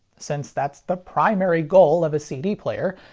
since that's the primary goal of a cd player,